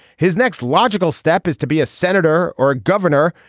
his next logical step is to be a senator or a governor.